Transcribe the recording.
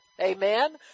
Amen